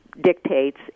dictates